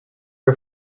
are